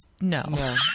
No